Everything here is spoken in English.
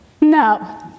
No